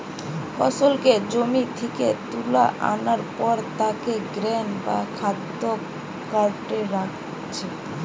ফসলকে জমি থিকে তুলা আনার পর তাকে গ্রেন বা খাদ্য কার্টে রাখছে